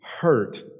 hurt